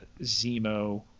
zemo